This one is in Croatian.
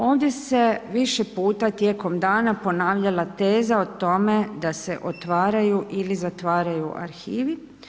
Ovdje se više puta tijekom dana ponavljala teza o tome da se otvaraju ili zatvaraju arhivi.